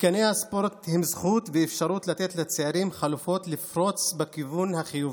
מתקני הספורט הם זכות ואפשרות לתת לצעירים חלופות לפרוץ בכיוון החיובי.